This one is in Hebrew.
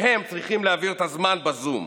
והם צריכים להעביר את הזמן בזום,